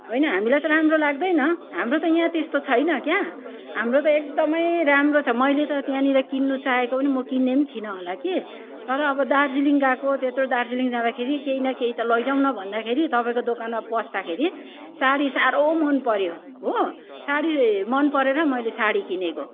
होइन हामीलाई त राम्रो लाग्दैन हाम्रो त यहाँ त्यस्तो छैन क्या हाम्रो त एकदमै राम्रो छ मैले त त्यहाँनेर किन्नु चाहेको पनि म किन्ने पनि थिइनँ होला के तर अब दार्जिलिङ गएको त्यत्रो दार्जिलिङ जाँदाखेरि केही न केही त लिएर जाउँ न भन्दाखेरि तपाईँको दोकानमा पस्दाखेरि साडी साह्रो मन पर्यो हो साडी मन परेर मैले साडी किनेको